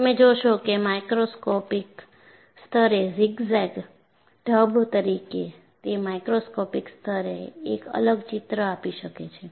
તમે જોશો કે માઇક્રોસ્કોપિક સ્તરે ઝિગઝેગ ઢબ તરીકે તે માઈક્રોસ્કોપિક સ્તરે એક અલગ ચિત્ર આપી શકે છે